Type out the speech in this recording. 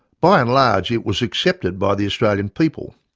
by and large it was accepted by the australian people.